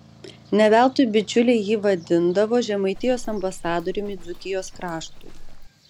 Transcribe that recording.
ne veltui bičiuliai jį vadindavo žemaitijos ambasadoriumi dzūkijos kraštui